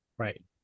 Right